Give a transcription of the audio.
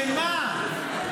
שמה?